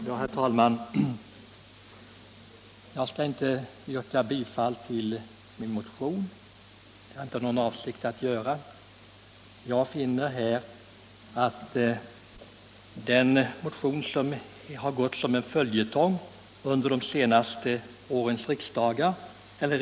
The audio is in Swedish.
Herr talman! Jag har inte för avsikt att yrka bifall till min motion. Jag kan konstatera att liknande motioner gått som följetonger under de senaste årens riksdagar.